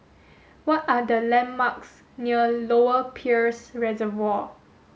what are the landmarks near Lower Peirce Reservoir